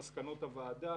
מסקנות הוועדה,